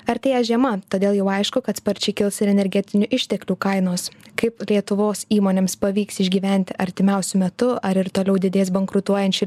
artėja žiema todėl jau aišku kad sparčiai kils ir energetinių išteklių kainos kaip lietuvos įmonėms pavyks išgyventi artimiausiu metu ar ir toliau didės bankrutuojančių